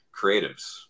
creatives